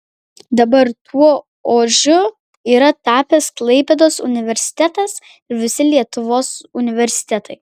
dabar tuo ožiu yra tapęs klaipėdos universitetas ir visi lietuvos universitetai